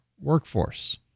workforce